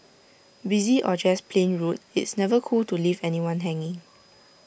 busy or just plain rude it's never cool to leave anyone hanging